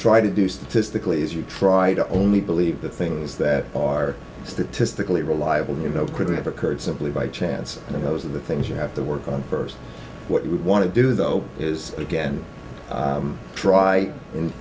try to do statistically is you try to only believe the things that are statistically reliable you know could have occurred simply by chance in those of the things you have to work on first what you would want to do though is again try in